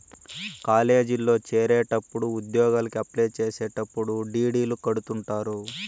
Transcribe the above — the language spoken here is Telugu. కాలేజీల్లో చేరేటప్పుడు ఉద్యోగలకి అప్లై చేసేటప్పుడు డీ.డీ.లు కడుతుంటారు